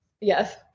Yes